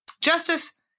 Justice